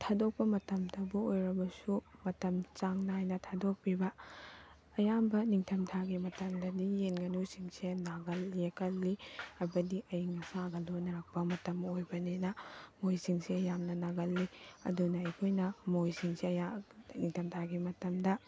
ꯊꯥꯗꯣꯛꯄ ꯃꯇꯝꯗꯕꯨ ꯑꯣꯏꯔꯕꯁꯨ ꯃꯇꯝ ꯆꯥꯡ ꯅꯥꯏꯅ ꯊꯥꯗꯣꯛꯄꯤꯕ ꯑꯌꯥꯝꯕ ꯅꯤꯉꯊꯝ ꯊꯥꯒꯤ ꯃꯇꯝꯗꯗꯤ ꯌꯦꯟ ꯉꯥꯅꯨꯁꯤꯡꯁꯦ ꯅꯥꯒꯜ ꯌꯦꯛꯀꯜꯂꯤ ꯍꯥꯏꯕꯗꯤ ꯑꯏꯪ ꯑꯁꯥꯒ ꯂꯣꯟꯅꯔꯛꯄ ꯃꯇꯝ ꯑꯣꯏꯕꯅꯤꯅ ꯃꯈꯣꯏꯁꯤꯡꯁꯦ ꯌꯥꯝꯅ ꯅꯥꯒꯜꯂꯤ ꯑꯗꯨꯅ ꯑꯩꯈꯣꯏꯅ ꯃꯈꯣꯏꯁꯤꯡꯁꯦ ꯅꯤꯡꯊꯝ ꯊꯥꯒꯤ ꯃꯇꯝꯗ